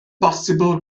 bosibl